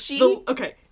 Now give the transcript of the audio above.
Okay